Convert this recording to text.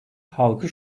halkı